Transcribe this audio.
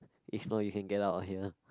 if not you can get out of here